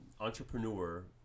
entrepreneur